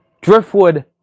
Driftwood